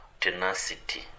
tenacity